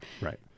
Right